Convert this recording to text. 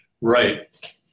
Right